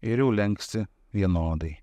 ir jau lenksi vienodai